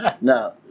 no